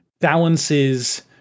balances